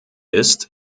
ist